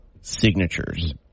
signatures